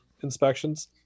inspections